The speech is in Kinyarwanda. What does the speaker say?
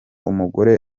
umugore